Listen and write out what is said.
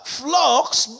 flocks